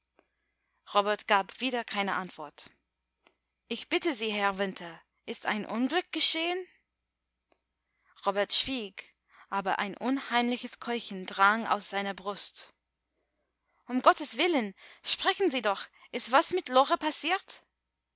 robert gab wieder keine antwort ich bitte sie herr winter ist ein unglück geschehen robert schwieg aber ein unheimliches keuchen drang aus seiner brust um gottes willen sprechen sie doch ist was mit lore passiert